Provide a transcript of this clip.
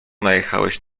najechałeś